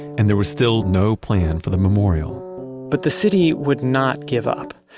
and there was still no plan for the memorial but the city would not give up.